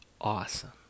awesome